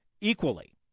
equally